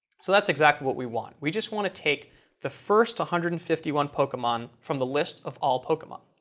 so that's exactly what we want. we just want to take the first one hundred and fifty one pokemon from the list of all pokemon.